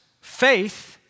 Faith